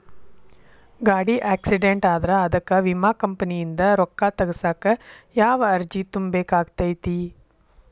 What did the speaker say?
ಗಾಡಿ ಆಕ್ಸಿಡೆಂಟ್ ಆದ್ರ ಅದಕ ವಿಮಾ ಕಂಪನಿಯಿಂದ್ ರೊಕ್ಕಾ ತಗಸಾಕ್ ಯಾವ ಅರ್ಜಿ ತುಂಬೇಕ ಆಗತೈತಿ?